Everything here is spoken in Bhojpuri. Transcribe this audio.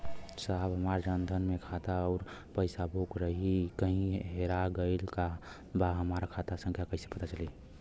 साहब हमार जन धन मे खाता ह अउर पास बुक कहीं हेरा गईल बा हमार खाता संख्या कईसे पता चली?